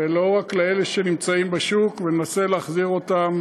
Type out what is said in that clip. ולא רק לאלה שנמצאים בשוק, וננסה להחזיר אותם